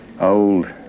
old